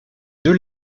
deux